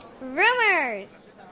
rumors